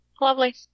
Lovely